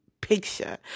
picture